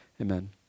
Amen